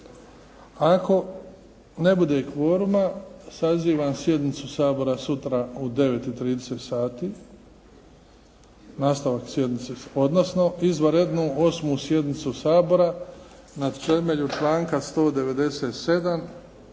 ako ne bude kvoruma sazivam sjednicu Sabora sutra u 9,30 sati nastavak sjednice, odnosno izvanrednu 8. sjednicu Sabora na temelju članka 197.